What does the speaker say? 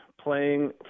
playing